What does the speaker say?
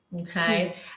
Okay